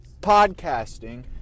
podcasting